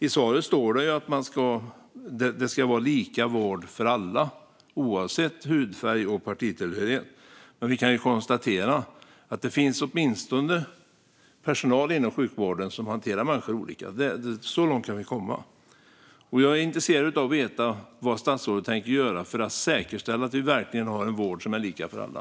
I svaret säger statsrådet att det ska vara lika vård för alla, oavsett hudfärg och partitillhörighet. Men vi kan ju konstatera att det ändå finns personal inom sjukvården som hanterar människor olika. Så långt kan vi komma. Jag är intresserad av att veta vad statsrådet tänker göra för att säkerställa att vi verkligen har en vård som är lika för alla.